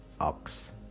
ox